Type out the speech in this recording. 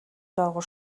доогуур